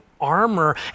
armor